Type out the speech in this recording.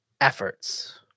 efforts